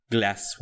glass